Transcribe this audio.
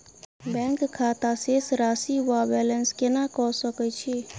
Bank खाता शेष राशि वा बैलेंस केना कऽ सकय छी?